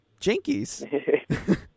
jinkies